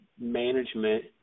management